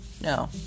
No